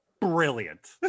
Brilliant